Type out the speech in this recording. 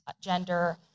gender